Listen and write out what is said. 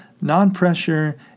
non-pressure